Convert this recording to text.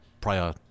prior